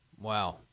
Wow